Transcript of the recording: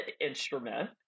instrument